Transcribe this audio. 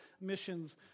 Missions